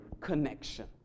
connection